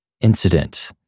incident